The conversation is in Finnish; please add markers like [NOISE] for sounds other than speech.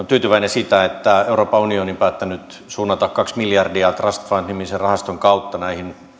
[UNINTELLIGIBLE] tyytyväinen siitä että euroopan unioni on päättänyt suunnata kaksi miljardia trust fund nimisen rahaston kautta näihin